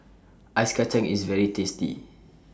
Ice Kachang IS very tasty